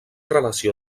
relació